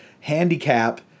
handicap